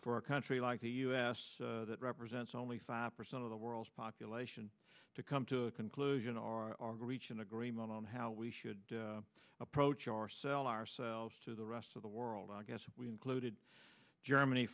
for a country like the us that represents only five percent of the world's population to come to conclusion our reach an agreement on how we should approach our sell ourselves to the rest of the world i guess we included germany